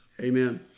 Amen